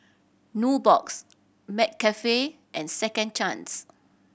Nubox McCafe and Second Chance